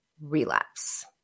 relapse